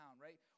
right